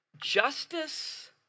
Justice